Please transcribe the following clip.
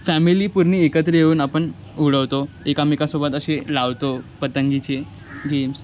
family पूर्ण एकत्र येऊन आपण उडवतो एकमेकांसोबत असे लावतो पतंगीचे गेम्स